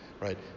right